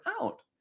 out